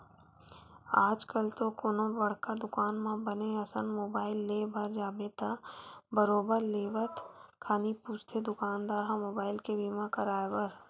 आजकल तो कोनो बड़का दुकान म बने असन मुबाइल ले बर जाबे त बरोबर लेवत खानी पूछथे दुकानदार ह मुबाइल के बीमा कराय बर